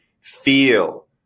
feel